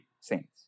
saints